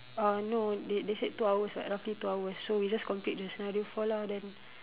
uh no they they said two hours [what] roughly two hours so we just complete the scenario four lah then